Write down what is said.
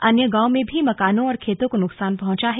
अन्य गांवों में भी मकानों और खेतों को नुकसान पहुंचा है